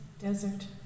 desert